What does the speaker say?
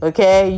Okay